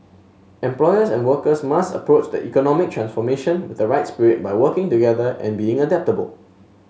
employers and workers must approach the economic transformation with the right spirit by working together and being adaptable